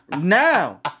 now